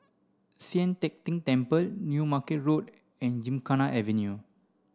Sian Teck Tng Temple New Market Road and Gymkhana Avenue